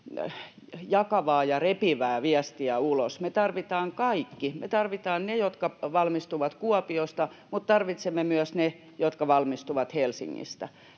jakavaa ja repivää viestiä ulos. Me tarvitaan kaikki — me tarvitaan ne, jotka valmistuvat Kuopiosta, mutta tarvitsemme myös ne, jotka valmistuvat Helsingistä.